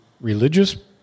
religious